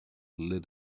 lit